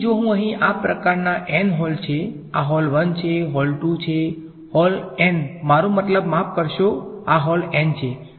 તેથી જો હું અહીં આ પ્રકારના n હોલ છે આ હોલ 1 હોલ 2 હોલ 2 મારો મતલબ માફ કરશો આ હોલ n છે